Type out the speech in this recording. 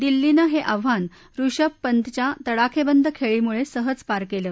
दिल्लीनं हे आव्हान ऋषभ पंतच्या तडाखेबंद खेळीमुळे सहज पार केलं